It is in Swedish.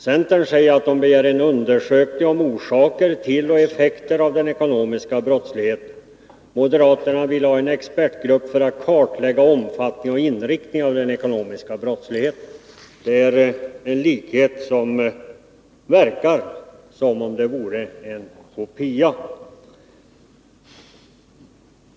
Centern begär en undersökning om orsaker till och effekter av den ekonomiska brottsligheten. Moderaterna vill ha en expertgrupp för att kartlägga omfattning och inriktning av den ekonomiska brottsligheten. Det är en likhet som gör att det verkar som om det vore fråga om en kopia.